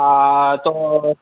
હા તો